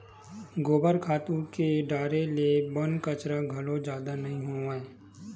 गोबर खातू डारे ले बन कचरा घलो जादा नइ होवय